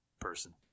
person